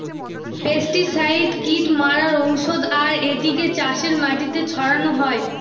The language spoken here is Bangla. পেস্টিসাইড কীট মারার ঔষধ আর এটিকে চাষের মাটিতে ছড়ানো হয়